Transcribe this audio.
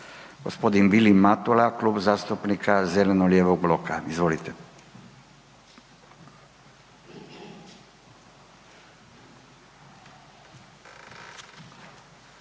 G. Vilim Matula, Klub zastupnika zeleno-lijevog bloka, izvolite.